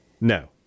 No